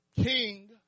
king